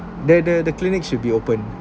the the the clinic should be open